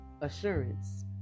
assurance